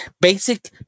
basic